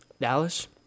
Dallas